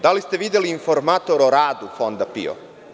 Da li ste videli Informator o radu Fonda PIO?